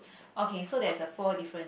okay so that's a four difference